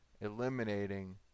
Eliminating